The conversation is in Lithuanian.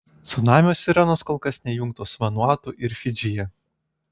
cunamio sirenos kol kas neįjungtos vanuatu ir fidžyje